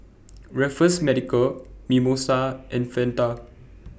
Raffles Medical Mimosa and Fanta